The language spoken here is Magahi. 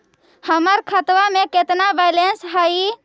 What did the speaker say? हमर खतबा में केतना बैलेंस हई?